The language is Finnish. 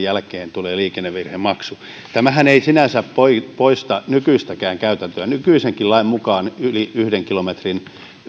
jälkeen tulee liikennevirhemaksu tämähän ei sinänsä poista poista nykyistäkään käytäntöä nykyisenkin lain mukaan yli yhden kilometrin